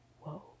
whoa